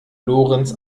lorenz